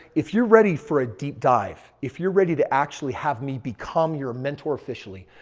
if you're ready for a deep dive, if you're ready to actually have me become your mentor officially,